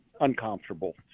uncomfortable